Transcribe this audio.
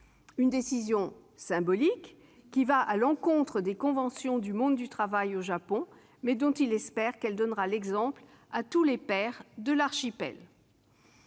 une décision symbolique qui va à l'encontre des conventions du monde du travail au Japon, mais dont il espère qu'elle donnera l'exemple à tous les pères de l'archipel.